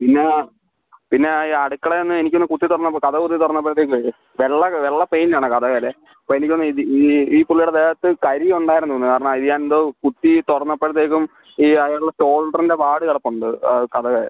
പിന്നെ പിന്നെ ആ അടുക്കളയിൽനിന്ന് എനിക്ക് ഒന്ന് കുത്തി തുറന്നപ്പോൾ കതക് കുത്തി തുറന്നപ്പോഴത്തേക്ക് വെള്ള പെയിൻറ്റ് ആണ് കതകിൽ അപ്പോൾ എനിക്ക് തോന്നുന്നു ഇത് ഈ ഈ പുള്ളിയുടെ ദേഹത്ത് കരി ഉണ്ടായിരുന്നു എന്ന് കാരണം കരി എന്തോ കുത്തി തുറന്നപ്പോഴത്തേക്കും ഈ അയാളുടെ ഷോൾഡറിൻ്റെ പാട് കിടപ്പുണ്ട് കതകിൽ